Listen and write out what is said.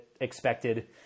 expected